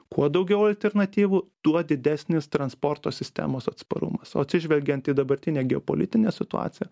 kuo daugiau alternatyvų tuo didesnis transporto sistemos atsparumas o atsižvelgiant į dabartinę geopolitinę situaciją